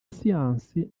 siyansi